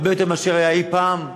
הרבה יותר משהיה אי-פעם.